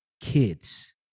kids